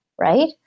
right